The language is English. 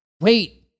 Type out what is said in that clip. Wait